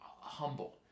humble